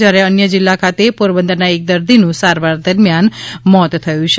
જ્યારે અન્ય જિલ્લા ખાતે પોરબંદરના એક દર્દીનું સારવાર દરમ્યાન મોત થયું છે